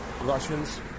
russians